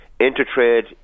Intertrade